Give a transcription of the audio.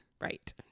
right